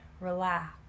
relax